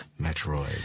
Metroid